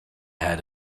had